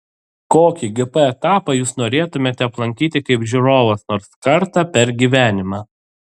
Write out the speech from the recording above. kokį gp etapą jūs norėtumėte aplankyti kaip žiūrovas nors kartą per gyvenimą